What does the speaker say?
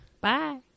Bye